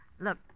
Look